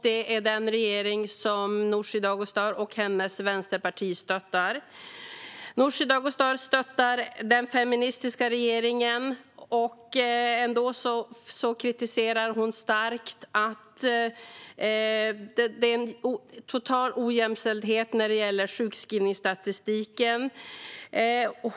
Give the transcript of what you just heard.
Det är den regering som Nooshi Dadgostar och hennes vänsterparti stöttar. Nooshi Dadgostar stöttar den feministiska regeringen. Ändå kritiserar hon starkt att det är en total ojämställdhet när det gäller sjukskrivningsstatistiken.